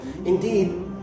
indeed